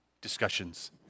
discussions